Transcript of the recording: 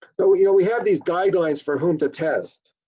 so you know we have these guidelines for whom to test.